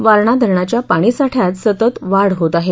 वारणा धरणाच्या पाणी साठयात सतत वाढ होत आहे